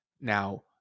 now